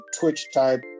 Twitch-type